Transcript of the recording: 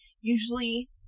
usually